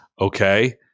okay